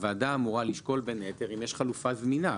הוועדה אמורה לשקול בין היתר אם יש חלופה זמינה.